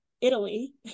Italy